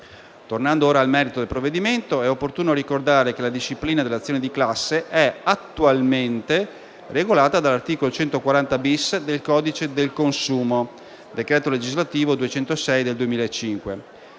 Tornando ora al merito del provvedimento, è opportuno ricordare che la disciplina dell'azione di classe è attualmente regolata dall'articolo 140-*bis* del codice del consumo (decreto legislativo n. 206 del 2005).